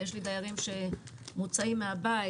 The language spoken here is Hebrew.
ויש לי דיירים שמוצאים מהבית,